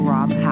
Rob